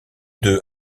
deux